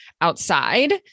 outside